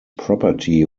property